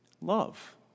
Love